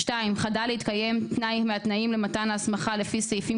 (2)חדל להתקיים תנאי מהתנאים למתן ההסמכה לפי סעיפים